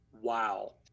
Wow